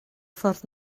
ffordd